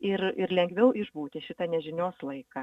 ir ir lengviau išbūti šitą nežinios laiką